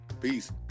Peace